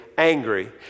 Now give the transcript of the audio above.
angry